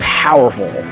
powerful